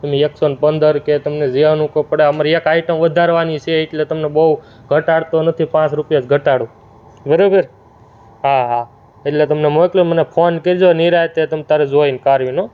ને એકસોને પંદર કે તમને જે અનુકૂળ પડે અમારે એક આઈટમ વધારવાની છે એટલે તમને બહુ ઘટાડતો નથી પાંચ રૂપિયા જ ઘટાડું બરાબર હા હા એટલે તમને મોકલ્યું છે મને ફોન કરજો નિંરાતે તમ તમારે જોઈ કારવીને હો